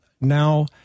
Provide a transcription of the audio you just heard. now